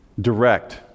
direct